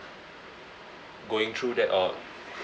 going through that or